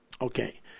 okay